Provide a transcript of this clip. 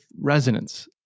resonance